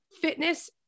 fitness